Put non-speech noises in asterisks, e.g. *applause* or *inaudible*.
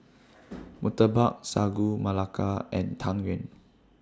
*noise* Murtabak Sagu Melaka and Tang Yuen